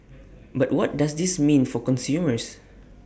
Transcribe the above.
but what does this mean for consumers